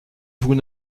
vous